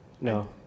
No